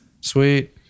Sweet